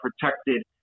protected